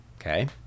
Okay